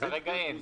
כרגע אין.